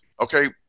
Okay